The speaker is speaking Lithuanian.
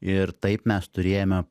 ir taip mes turėjome